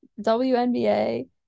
WNBA